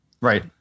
Right